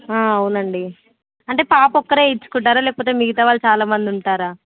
అవునండి అంటే పాప ఒకటే వేయించుకుంటారా లేకపోతే మిగతా వాళ్ళు చాలామంది ఉంటారా